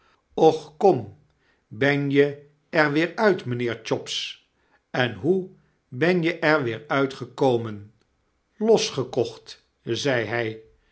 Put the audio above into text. ben je er weer uit mynheer chops en hoe ben je er weer uit gekomen losgekocht riep hy